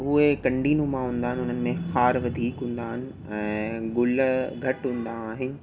उहे कंडीन मां हूंदा आहिनि उन में खार वधीक हूंदा आहिनि ऐं गुल घटि हूंदा आहिनि